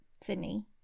Sydney